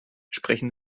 sprechen